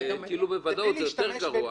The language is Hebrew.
בוודאות זה יותר גרוע.